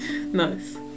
nice